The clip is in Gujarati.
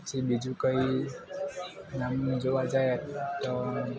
પછી બીજું કંઈ આમ જોવા જઈએ તો